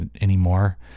anymore